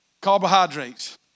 carbohydrates